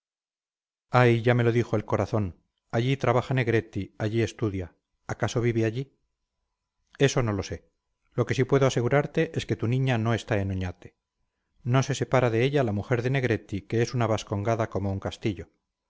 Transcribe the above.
ay ya me lo dijo el corazón allí trabaja negretti allí estudia acaso vive allí eso no lo sé lo que sí puedo asegurarte es que tu niña no está en oñate no se separa de ella la mujer de negretti que es una vascongada